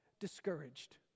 discouraged